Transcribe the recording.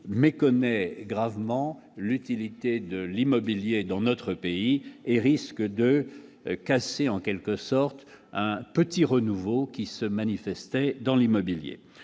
méconnaît gravement l'utilité de l'immobilier dans notre pays et risque de casser en quelque sorte un petit renouveau qui se manifeste dans l'immobilier